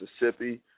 Mississippi